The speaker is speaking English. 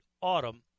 autumn